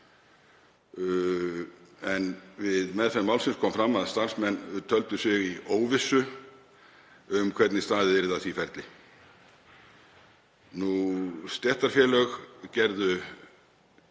en við meðferð málsins kom fram að starfsmenn töldu sig í óvissu um hvernig staðið yrði að því ferli. Stéttarfélög gerðu